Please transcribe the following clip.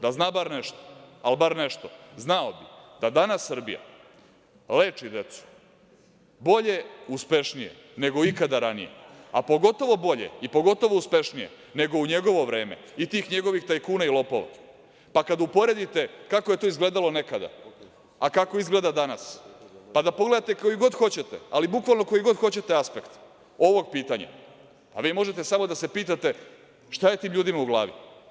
Da zna bar nešto, ali bar nešto znao bi da danas Srbija leči decu bolje, uspešnije nego ikada ranije, a pogotovo bolje i pogotovo uspešnije nego u njegovo vreme i tih njegovih tajkuna i lopava, pa kada uporedite kako je to izgledalo nekada, a kako izgleda danas, pa da pogledate koji god hoćete, ali bukvalno koji god hoćete apsekt ovog pitanja vi možete samo da se pitate – šta je tim ljudima u glavi?